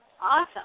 Awesome